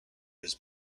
his